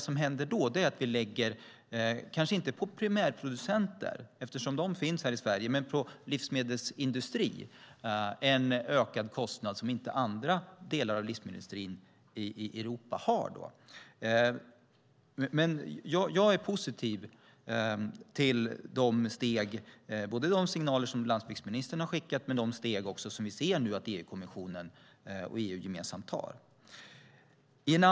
Vi lägger kanske ingen ökad kostnad på primärproducenterna som finns i Sverige, men vi lägger en ökad kostnad på livsmedelsindustrin som inte andra delar av livsmedelsindustrin i Europa har. Jag är positiv till de signaler som landsbygdsministern har skickat och till de steg som vi ser att EU-kommissionen och EU gemensamt tar.